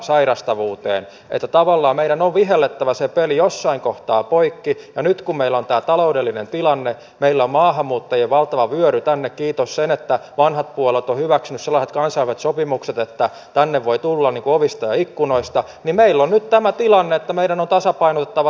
vaikeassa taloudellisessa tilanteessa meidän pitää myös luoda uskoa tulevaisuuteen ja taloudellinen tilanne meillä on maahanmuuttajien valtava vyöry tänne kiitos sen että vanhat huoleton tulevaisuuden näkymiä siitä mistä uutta kasvua voi tulla niko hovista ikkunoista niin meillä on nyt tämä tilanne meidän on syntyä